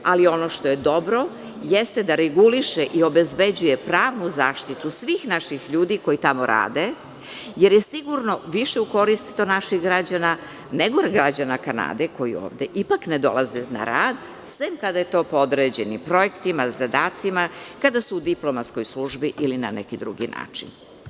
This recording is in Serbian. Ali, ono što je dobro jeste da reguliše i obezbeđuje pravnu zaštitu svih naših ljudi koji tamo rade, jer je to sigurno više u korist naših građana, nego građana Kanade, koji ovde ipak ne dolaze na rad, sem kada je to po određenim projektima, zadacima, kada su u diplomatskoj službi, ili na neki drugi način.